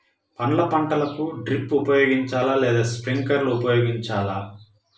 పండ్ల పంటలకు డ్రిప్ ఉపయోగించాలా లేదా స్ప్రింక్లర్ ఉపయోగించాలా?